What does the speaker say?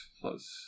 plus